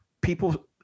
people